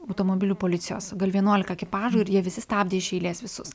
automobilių policijos gal vienuolika ekipažų ir jie visi stabdė iš eilės visus